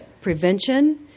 prevention